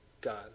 God